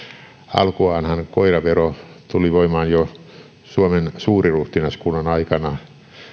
alkuaanhan koiravero tuli voimaan jo suomen suuriruhtinaskunnan aikana